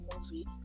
movie